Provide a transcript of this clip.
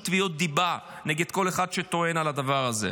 תביעות דיבה נגד כל אחד שטוען את הדבר הזה.